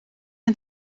een